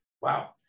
Wow